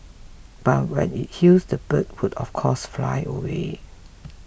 but when it heals the bird would of course fly away